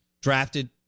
drafted